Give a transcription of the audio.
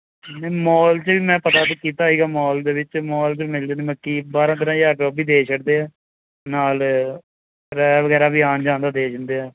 ਨਹੀਂ ਮੋਲ 'ਚ ਵੀ ਮੈਂ ਪਤਾ ਤਾਂ ਕੀਤਾ ਸੀਗਾ ਮੋਲ ਦੇ ਵਿੱਚ ਮੋਲ ਦੇ ਮਿਲ ਜਾਵੇ ਮਤਲਬ ਕਿ ਬਾਰਾਂ ਤੇਰਾਂ ਹਜ਼ਾਰ ਰੁਪਈਆ ਉਹ ਵੀ ਦੇ ਛੱਡਦੇ ਹੈ ਨਾਲ ਕਿਰਾਇਆ ਵਗੈਰਾ ਵੀ ਆਉਣ ਜਾਉਣ ਦਾ ਦੇ ਦਿੰਦੇ ਹੈ